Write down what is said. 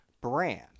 brand